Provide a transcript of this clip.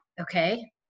okay